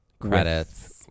credits